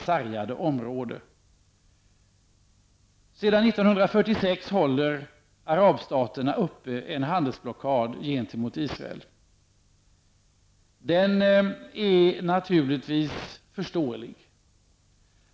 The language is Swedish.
Sedan 1946 håller arabstaterna uppe en handelsblockad gentemot Israel. Den är naturligtvis förståelig.